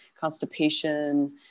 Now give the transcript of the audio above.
constipation